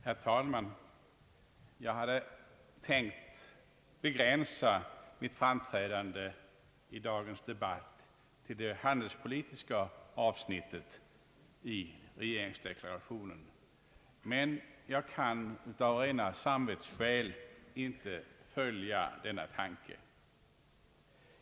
Herr talman! Jag hade tänkt begränsa mitt framträdande i dagens debatt till det handelspolitiska avsnittet i regeringsdeklarationen, men av rena samvetsskäl kan jag inte följa denna tanke.